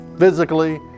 physically